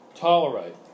Tolerate